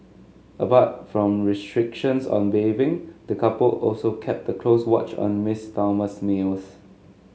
apart from restrictions on bathing the couple also kept the close watch on Miss Thelma's meals